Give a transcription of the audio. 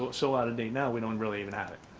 but so out of date, now we don't really even have it.